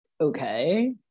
okay